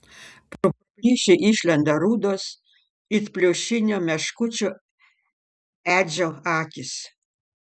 pro plyšį išlenda rudos it pliušinio meškučio edžio akys